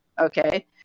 okay